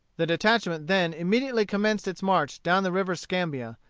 the detachment then immediately commenced its march down the river scambia,